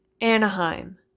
Anaheim